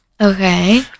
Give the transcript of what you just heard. Okay